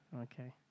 Okay